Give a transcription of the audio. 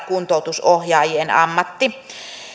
kuntoutusohjaajien ammatti